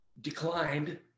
declined